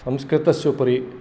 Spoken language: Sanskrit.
संस्कृतस्य उपरि